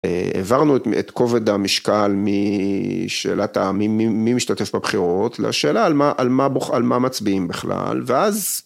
העברנו את כובד המשקל משאלת המי משתתף בבחירות, לשאלה על מה מצביעים בכלל, ואז...